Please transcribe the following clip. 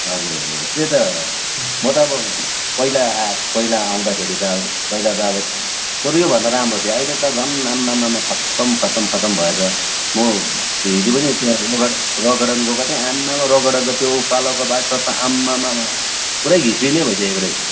हजुर हजुर हजुर त्यही त म त अब पहिला पहिला आउँदाखेरि त अब पहिला त अब बरू यो भन्दा राम्रो थियो अहिले त झन आम्मामामा खत्तम खत्तम खत्तम भएछ म हिजो पनि त्यहाँ रक गार्डन गएको थिएँ आम्मामामा रक गार्डन त त्यो उकालोको बाटो त आम्मामामा पुरै घिस्रिने भइसकेको रहेछ